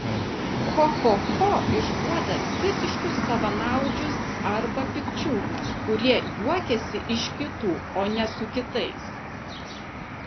cho cho cho išduoda visiškus savanaudžius arba pikčiurnas kurie juokiasi iš kitų o ne su kitais